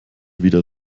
wieder